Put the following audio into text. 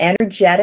energetic